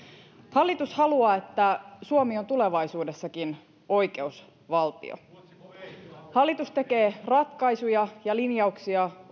hallitus haluaa että suomi on tulevaisuudessakin oikeusvaltio hallitus tekee ratkaisuja ja linjauksia